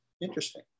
interesting